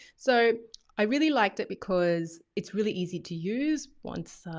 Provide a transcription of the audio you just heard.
so i really liked it because it's really easy to use once,